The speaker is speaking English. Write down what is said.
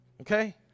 Okay